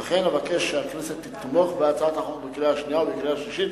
ולכן אבקש שהכנסת תתמוך בהצעת החוק בקריאה השנייה